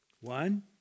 One